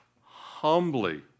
humbly